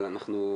אם אפשר לומר.